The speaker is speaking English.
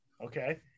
Okay